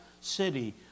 city